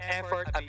effort